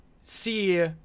see